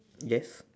yes